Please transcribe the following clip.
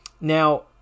Now